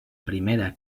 primera